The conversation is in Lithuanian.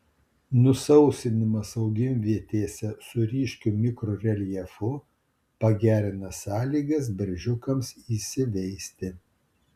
nusausinimas augimvietėse su ryškiu mikroreljefu pagerina sąlygas beržiukams įsiveisti